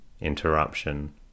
interruption